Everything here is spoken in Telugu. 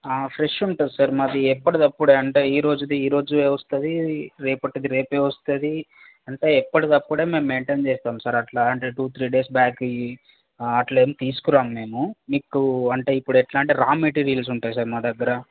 ఫ్రెష్ ఉంటుంది సార్ మాది ఎప్పుడిది అప్పుడే అంటే ఈరోజుది ఈరోజే వస్తుంది రేపటిది రేపు వస్తుంది అంటే ఎప్పటిది అప్పుడు మేము మెయింటైన్ చేస్తాం సార్ అట్లా అంటే టూ త్రీ డేస్ బ్యాక్వి అట్లా ఏమి తీసుకురాం మేము ఇప్పుడు అంటే ఇప్పుడు అంటే ఎట్లా అంటే రా మెటీరియల్స్ ఉంటాయి సార్ మా దగ్గర